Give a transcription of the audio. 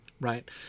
right